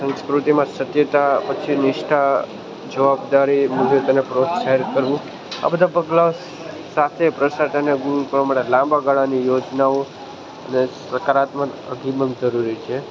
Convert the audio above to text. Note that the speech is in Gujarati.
સંસ્કૃતિમાં સત્યતા પછી નિષ્ઠા જવાબદારી વિરુદ્ધ અને પ્રોત્સાહિત કરવું આ બધા પગલાં સાથે ભ્રષ્ટાચારને લાંબા ગાળાની યોજનાઓ અને સકારાત્મક અભિગમ જરૂરી છે